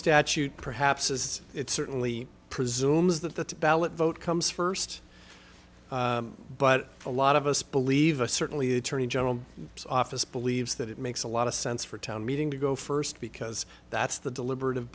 statute perhaps as it certainly presumes that the ballot vote comes first but a lot of us believe a certainly attorney general office believes that it makes a lot of sense for town meeting to go first because that's the deliber